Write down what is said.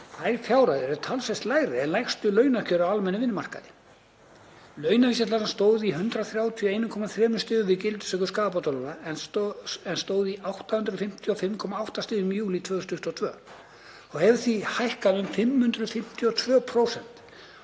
Þær fjárhæðir eru talsvert lægri en lægstu launakjör á almennum vinnumarkaði. Launavísitalan stóð í 131,3 stigum við gildistöku skaðabótalaga en stóð í 855,8 stigum í júlí 2022 og hefur því hækkað um 552%,